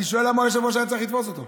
אני שואל, למה היושב-ראש היה צריך לתפוס אותו?